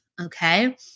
Okay